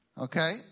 Okay